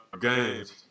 games